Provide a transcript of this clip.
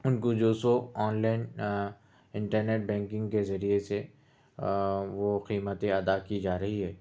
اُن کو جو سو آن لائن آ انٹرنٹ بینکنگ کے ذریعہ سے آ وہ قیمتیں ادا کی جا رہی ہے